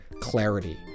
clarity